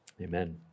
Amen